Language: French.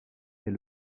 est